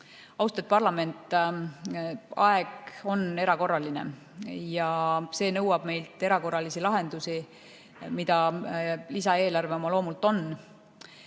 Austatud parlament! Aeg on erakorraline ja see nõuab meilt erakorralisi lahendusi, mida lisaeelarve oma loomult on.